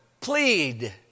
plead